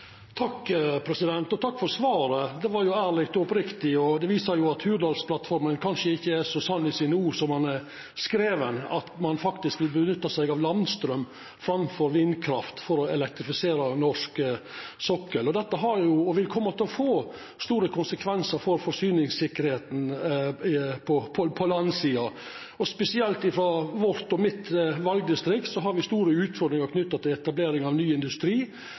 Takk for svaret. Det var ærleg og oppriktig, og det viser at Hurdalsplattforma kanskje ikkje er så sann i sine ord som ho er skriven – at ein faktisk vil bruka landstraum framfor vindkraft for å elektrifisera den norske sokkelen. Dette vil koma til å få store konsekvensar for forsyningstryggleiken på landsida, og spesielt i mitt valdistrikt har me store utfordringar knytt til etablering av ny industri